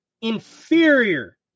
inferior